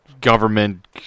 government